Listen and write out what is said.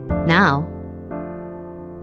Now